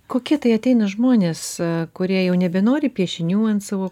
kokie tai ateina žmonės kurie jau nebenori piešinių ant savo